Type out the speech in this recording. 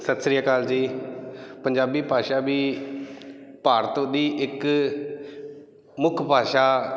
ਸਤਿ ਸ਼੍ਰੀ ਅਕਾਲ ਜੀ ਪੰਜਾਬੀ ਭਾਸ਼ਾ ਵੀ ਭਾਰਤ ਦੀ ਇੱਕ ਮੁੱਖ ਭਾਸ਼ਾ